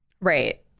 Right